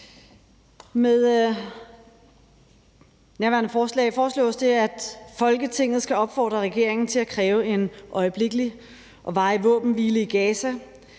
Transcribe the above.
Med nærværende forslag foreslås det, at Folketinget skal opfordre regeringen til at kræve en øjeblikkelig og varig våbenhvile i Gaza,